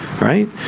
right